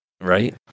right